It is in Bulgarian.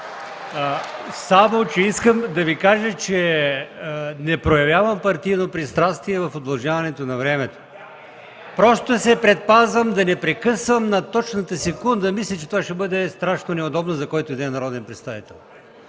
Само искам да Ви кажа, че не проявявам партийно пристрастие в удължаването на времето. Просто се предпазвам да не прекъсвам на точната секунда, мисля че това ще бъде страшно неудобно за който и да е народен представител.